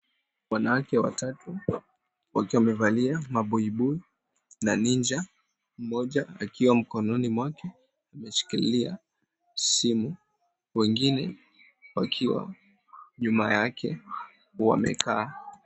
Wanawake watatu wakiwa wamevalia mabuibui na ninja, mmoja akiwa mkononi mwake ameshikilia simu, mwengine akiwa nyuma yake wamekaa.